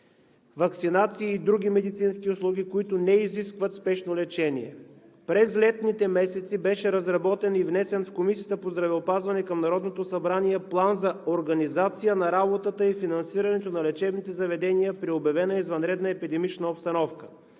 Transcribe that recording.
ваксинациите и други медицински услуги, които не изискват спешно лечение. През летните месеци беше разработен и внесен в Комисията по здравеопазването към Народното събрание План за организация на работата и финансирането на лечебните заведения при обявена извънредна епидемична обстановка,